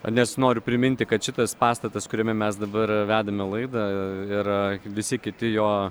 nes noriu priminti kad šitas pastatas kuriame mes dabar vedame laidą yra visi kiti jo